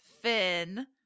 Finn